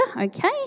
Okay